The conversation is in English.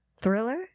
Thriller